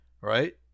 right